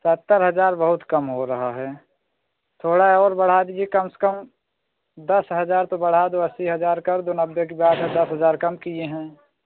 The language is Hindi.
सत्तर हज़ार बहुत कम हो रहा है थोड़ा और बढ़ा दीजिए कम से कम दस हज़ार तो बढ़ा दो अस्सी हज़ार कर दो नब्बे दस हज़ार कम किए हैं